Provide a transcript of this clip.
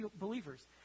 believers